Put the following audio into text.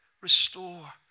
restore